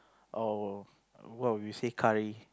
our what we say curry